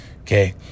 Okay